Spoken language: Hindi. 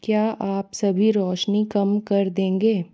क्या आप सभी रोशनी कम कर देंगे